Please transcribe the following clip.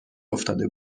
افتاده